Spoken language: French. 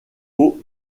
aux